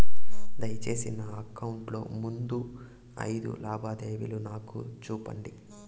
దయసేసి నా అకౌంట్ లో ముందు అయిదు లావాదేవీలు నాకు చూపండి